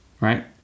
Right